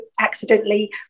accidentally